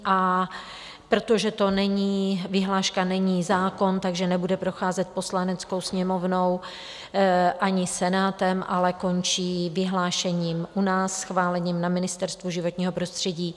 A protože to není vyhláška, není zákon, nebude procházet Poslaneckou sněmovnou ani Senátem, ale končí vyhlášením u nás, schválením na Ministerstvu životního prostředí.